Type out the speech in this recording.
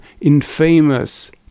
infamous